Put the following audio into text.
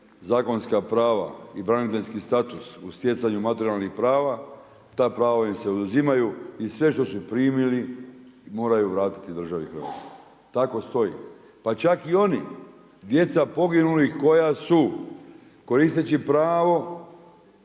zakonska prava i braniteljski status u stjecanju materijalnih prava ta prava im se oduzimaju i sve što su primili moraju vratiti državi Hrvatskoj, tako stoji. Pa čak i oni djeca poginulih koja su koristeći pravo